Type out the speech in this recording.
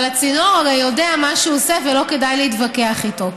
אבל הצינור הרי יודע מה שהוא עושה ולא כדאי להתווכח איתו.